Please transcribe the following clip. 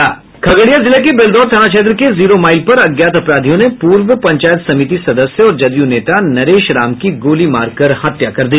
खगड़िया जिला के बेलदौर थाना क्षेत्र के जीरो माईल पर अज्ञात अपराधियों ने पूर्व पंचायत समिति सदस्य और जदयू नेता नरेश राम की गोली मार कर हत्या कर दी